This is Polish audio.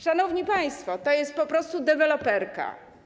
Szanowni państwo, to jest po prostu deweloperka.